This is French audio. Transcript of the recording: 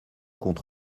compte